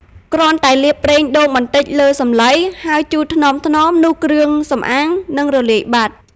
គ្រាន់តែលាបប្រេងដូងបន្តិចលើសំឡី ហើយជូតថ្នមៗ នោះគ្រឿងសម្អាងនឹងរលាយបាត់។